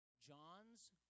John's